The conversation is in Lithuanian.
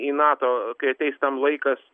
į nato kai ateis tam laikas